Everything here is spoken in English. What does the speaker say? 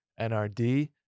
NRD